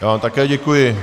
Já vám také děkuji.